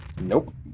Nope